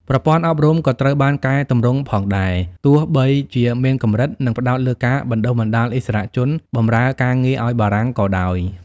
ប្រព័ន្ធអប់រំក៏ត្រូវបានកែទម្រង់ផងដែរ ទោះបីជាមានកម្រិត និងផ្តោតលើការបណ្ដុះបណ្ដាលឥស្សរជនបម្រើការងារឱ្យបារាំងក៏ដោយ។